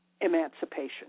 emancipation